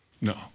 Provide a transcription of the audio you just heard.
No